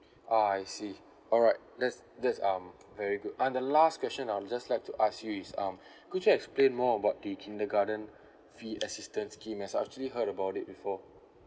ah I see alright that's that's um very good and the last question I'd just like to ask you is um could you explain more about the kindergarten fee assistance scheme as I'd actually heard about it before